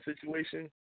situation